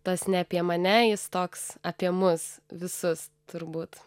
tas ne apie mane jis toks apie mus visus turbūt